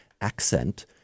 accent